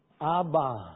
Abba